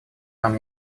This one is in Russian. нам